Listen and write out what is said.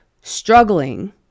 struggling